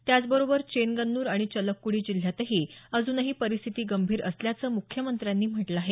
त्याचबरोबर चेन गन्नर आणि चलक्कडी जिल्ह्यातही अजूनही परिस्थिती गंभीर असल्याचं मुख्यमंत्र्यांनी म्हटलं आहे